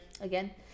Again